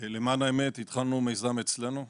למען האמת, התחלנו מיזם אצלנו.